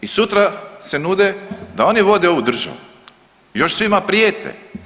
I sutra se nude da vode ovu državu, još svima prijete.